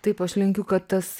taip aš linkiu kad tas